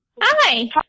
Hi